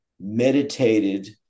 meditated